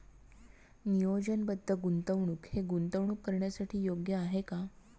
नियोजनबद्ध गुंतवणूक हे गुंतवणूक करण्यासाठी योग्य आहे का?